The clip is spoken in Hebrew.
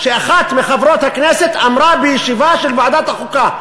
שאחת מחברות הכנסת אמרה בישיבה של ועדת החוקה,